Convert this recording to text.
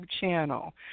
channel